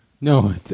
No